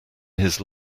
his